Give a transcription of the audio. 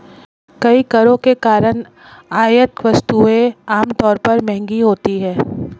कई करों के कारण आयात वस्तुएं आमतौर पर महंगी होती हैं